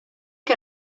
que